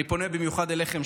אני פונה במיוחד אליכם,